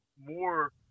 more